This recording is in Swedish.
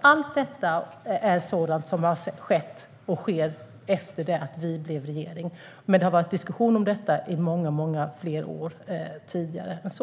Allt detta är alltså sådant som har skett och sker efter det att vi blev regering, men det har varit diskussion om detta under många år dessförinnan.